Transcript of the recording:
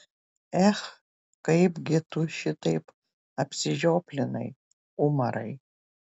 ech kaipgi tu šitaip apsižioplinai umarai